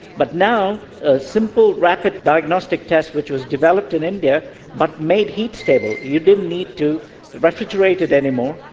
but now a simple rapid diagnostic test which was developed in india but made heat stable, you didn't need to refrigerate it anymore,